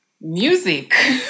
music